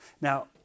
Now